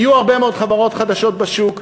יהיו הרבה מאוד חברות חדשות בשוק,